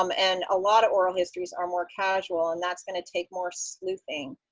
um and a lot of oral histories are more casual, and that's going to take more sleuthing.